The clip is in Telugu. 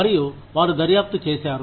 మరియు వారు దర్యాప్తు చేశారు